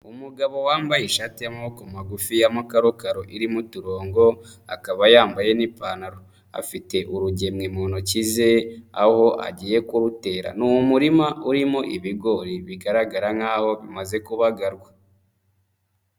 Umugabo wambaye ishatia ku magufi y'amakakaro irimo uturongo, akaba yambaye n'ipantaro, afite urugemwe mu ntoki ze, aho agiye kurutera, ni umurima urimo ibigori bigaragara nkaho bimaze kubagarwa.